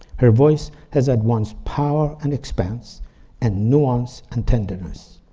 her voice has at once power and expanse and nuance and tenderness.